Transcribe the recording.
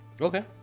okay